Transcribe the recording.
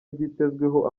ryitezweho